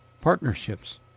Partnerships